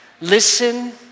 listen